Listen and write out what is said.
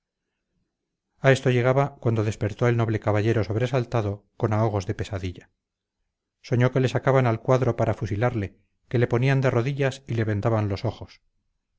a esto llegaba cuando despertó el noble caballero sobresaltado con ahogos de pesadilla soñó que le sacaban al cuadro para fusilarle que le ponían de rodillas y le vendaban los ojos